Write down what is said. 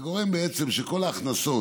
זה גורם בעצם לכך שכל ההכנסות,